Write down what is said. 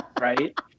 right